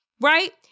right